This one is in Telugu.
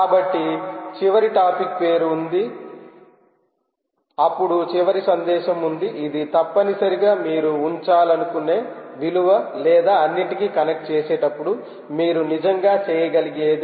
కాబట్టి చివరి టాపిక్ పేరు ఉంది అప్పుడు చివరి సందేశం ఉంది ఇది తప్పనిసరిగా మీరు ఉంచాలనుకునే విలువ లేదా అన్నింటినీ కనెక్ట్ చేసేటప్పుడు మీరు నిజంగా చేయగలిగేది